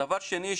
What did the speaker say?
דבר שני,